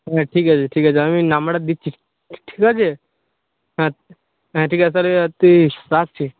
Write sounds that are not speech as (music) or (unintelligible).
হ্যাঁ ঠিক আছে ঠিক আছে আমি নম্বরটা দিচ্ছি ঠিক আছে হ্যাঁ হ্যাঁ ঠিক আছে তাহলে (unintelligible) রাখছি